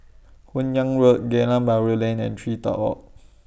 Hun Yeang Road Geylang Bahru Lane and TreeTop Walk